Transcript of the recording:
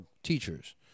teachers